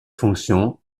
fonctions